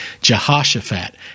Jehoshaphat